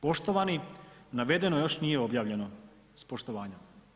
Poštovani, navedeno još nije objavljeno, s poštovanjem.